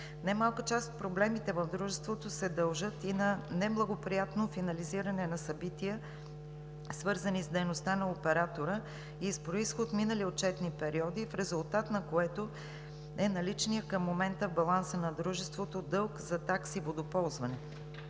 Немалка част от проблемите в Дружеството се дължат и на неблагоприятно финализиране на събития, свързани с дейността на оператора, и с произход минали отчетни периоди, в резултат на което е наличният към момента в баланса на Дружеството дълг за такси за водоползване.